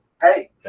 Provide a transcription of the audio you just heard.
hey